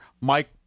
Mike